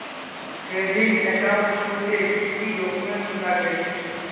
Savings account খুলতে কি কি ডকুমেন্টস লাগবে?